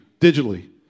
digitally